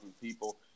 people